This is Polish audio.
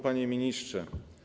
Panie Ministrze!